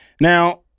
Now